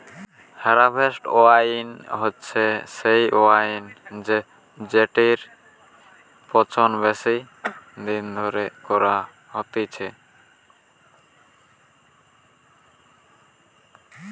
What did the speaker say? harvest wine হচ্ছে সেই wine জেটির পচন বেশি দিন ধরে করা হতিছে